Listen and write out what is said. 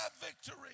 victory